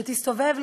שתסתובב,